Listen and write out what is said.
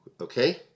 Okay